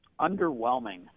Underwhelming